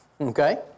Okay